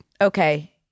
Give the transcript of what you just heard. Okay